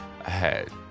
Ahead